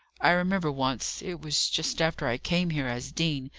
i remember once it was just after i came here as dean,